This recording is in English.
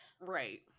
Right